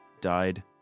died